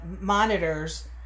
monitors